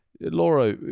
Laura